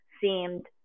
seemed